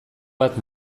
bat